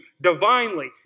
divinely